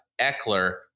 Eckler